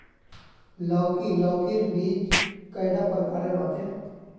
लौकी लौकीर बीज कैडा प्रकारेर होचे?